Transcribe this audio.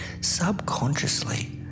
Subconsciously